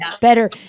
better –